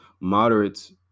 moderates